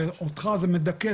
ואותך זה מדכא,